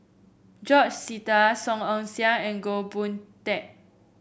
George Sita Song Ong Siang and Goh Boon Teck